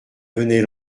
venait